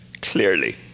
Clearly